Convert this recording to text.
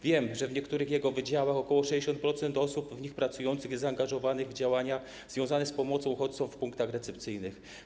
Wiem, że w niektórych jego wydziałach ok. 60% osób w nich pracujących jest zaangażowanych w działania związane z pomocą uchodźcom w punktach recepcyjnych.